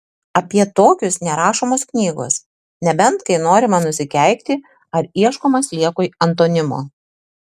apie tokius nerašomos knygos nebent kai norima nusikeikti ar ieškoma sliekui antonimo